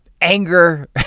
anger